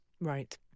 Right